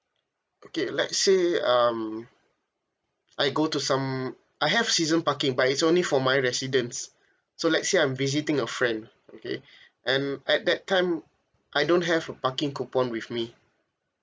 okay let's say um I go to some I have season parking but it's only for my residence so let's say I'm visiting a friend okay and at that time I don't have a parking coupon with me